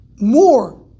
More